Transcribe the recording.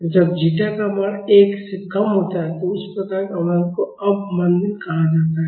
और जब जीटा का मान 1 से कम होता है तो उस प्रकार के अवमंदन को कम अवमंदन अनडैम्प कहा जाता है